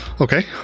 Okay